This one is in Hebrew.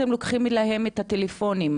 אתם לוקחים להם את הטלפונים,